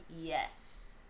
yes